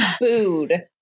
booed